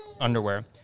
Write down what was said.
underwear